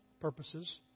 purposes